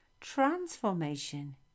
transformation